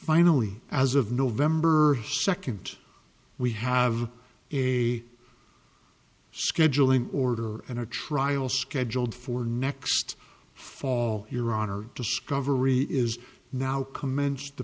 finally as of november second we have a scheduling order and a trial scheduled for next fall your honor discovery is now commenced t